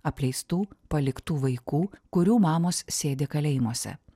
apleistų paliktų vaikų kurių mamos sėdi kalėjimuose